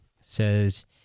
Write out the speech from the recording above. says